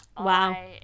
Wow